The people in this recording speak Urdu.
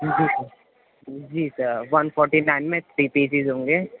جی سر جی سر ون فوٹی نائن میں تھری پیس ہوں گے